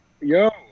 Yo